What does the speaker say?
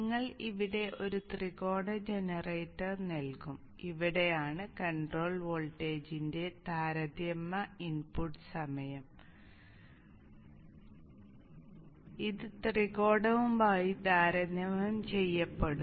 നിങ്ങൾ ഇവിടെ ഒരു ത്രികോണ ജനറേറ്റർ നൽകും ഇവിടെയാണ് കൺട്രോൾ വോൾട്ടേജിന്റെ താരതമ്യ ഇൻപുട്ട് സമയം ഇത് ത്രികോണവുമായി താരതമ്യം ചെയ്യപ്പെടും